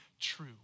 true